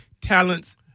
talents